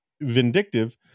vindictive